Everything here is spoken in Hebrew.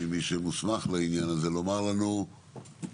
ממי שמוסמך לעניין הזה לומר לנו פחות